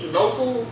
local